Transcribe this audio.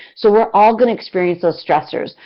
so we are all going to experience those stressors,